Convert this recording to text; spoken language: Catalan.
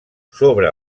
sobre